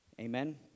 Amen